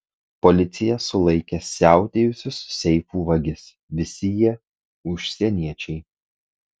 policija sulaikė siautėjusius seifų vagis visi jie užsieniečiai